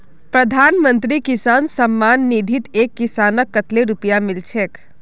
प्रधानमंत्री किसान सम्मान निधित एक किसानक कतेल रुपया मिल छेक